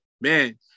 man